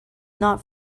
not